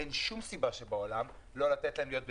אין שום סיבה לא לתת להם להיות בצימר.